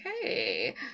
okay